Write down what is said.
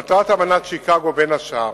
מטרת אמנת שיקגו היא, בין השאר,